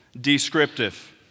descriptive